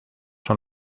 son